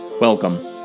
Welcome